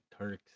Turks